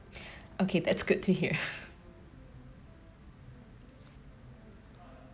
okay that's good to hear